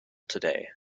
today